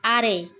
ᱟᱨᱮ